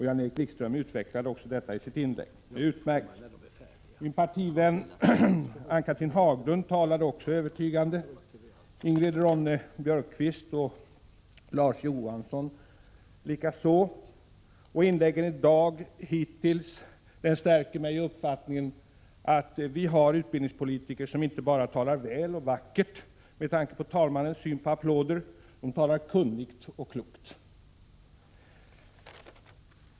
Jan-Erik Wikström utvecklade också detta i sitt inlägg; det var utmärkt. Min partivän Ann-Cathrine Haglund talade också övertygande, Ingrid Ronne-Björkqvist och Larz Johansson likaså. Och inläggen i dag hittills stärker mig i uppfattningen att vi har utbildningspolitiker som inte bara talar väl och vackert — med tanke på talmannens syn på applåder. De talar kunnigt och klokt.